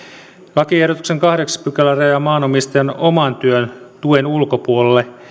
lakiehdotuksen kahdeksas pykälä rajaa maanomistajan oman työn tuen ulkopuolelle